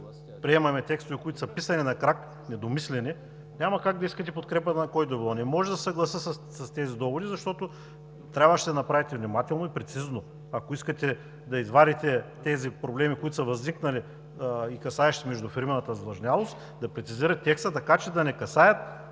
приемаме текстове, които са писани на крак – недомислени, няма как да искате подкрепа на който и да било! Не мога да се съглася с тези доводи, защото трябваше да направите внимателно и прецизно, ако искате да извадите тези проблеми, които са възникнали и касаещи междуфирмената задлъжнялост, да се прецизира текстът, така че да не касаят